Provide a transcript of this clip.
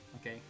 Okay